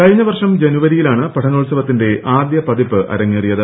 കഴിഞ്ഞ വർഷം ജനുവരിയിലാണ് പഠനോത്സവത്തിന്റെ ആദ്യ പതിപ്പ് അരങ്ങേറിയത്